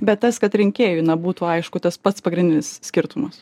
bet tas kad rinkėjui na būtų aišku tas pats pagrindinis skirtumas